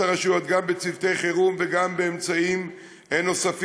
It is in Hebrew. הרשויות גם בצוותי חירום וגם באמצעים נוספים.